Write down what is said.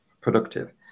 productive